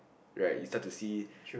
right you start to see